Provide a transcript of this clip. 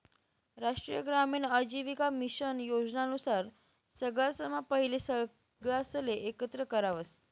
राष्ट्रीय ग्रामीण आजीविका मिशन योजना नुसार सगळासम्हा पहिले सगळासले एकत्र करावस